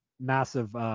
massive